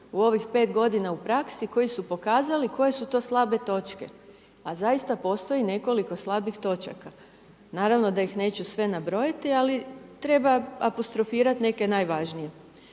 u ovim 5 godina u praksi koji su pokazali koje su to slabe točke a zaista postoj nekoliko slabih točaka. Naravno da ih neću sve nabrojati ali treba apostrofirati neke najvažnije.